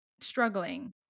struggling